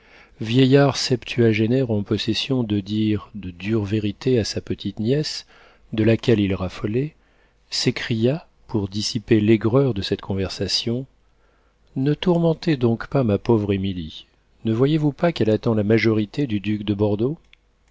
vieillard septuagénaire en possession de dire de dures vérités à sa petite-nièce de laquelle il raffolait s'écria pour dissiper l'aigreur de cette conversation ne tourmentez donc pas ma pauvre émilie ne voyez-vous pas qu'elle attend la majorité du duc de bordeaux